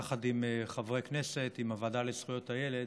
יחד עם חבר הכנסת, עם הוועדה לזכויות הילד,